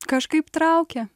kažkaip traukia